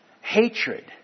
Hatred